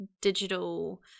digital